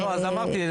אז אמרתי,